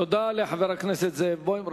תודה לחבר הכנסת זאב בוים.